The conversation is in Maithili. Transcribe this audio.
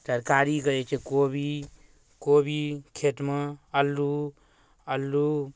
तरकारी कहै छै कोबी कोबी खेतमे अल्लू अल्लू